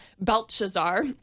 Belshazzar